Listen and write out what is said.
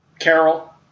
Carol